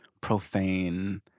profane